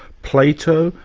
plato?